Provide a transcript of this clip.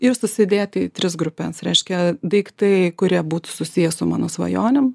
ir susidėti tris grupes reiškia daiktai kurie būtų susiję su mano svajonėm